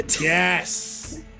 yes